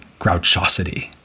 grouchosity